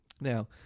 Now